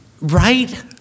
right